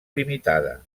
limitada